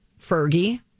Fergie